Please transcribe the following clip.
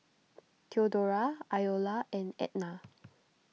theodora Iola and Ednah